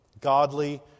Godly